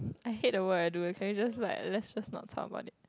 I hate the work I do can you just let's just not talk about it